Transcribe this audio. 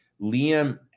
Liam